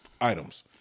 Items